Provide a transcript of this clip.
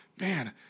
man